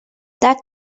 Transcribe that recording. that